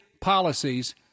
policies